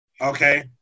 Okay